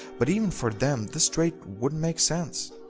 but even for them this trade wouldn't make sense.